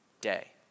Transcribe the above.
day